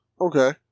Okay